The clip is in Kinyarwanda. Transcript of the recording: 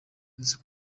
uzi